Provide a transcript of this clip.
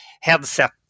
headset